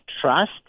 trust